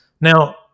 Now